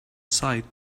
sight